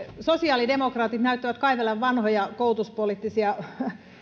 sosiaalidemokraatit näyttävät kaivelevan vanhoja koulutuspoliittisia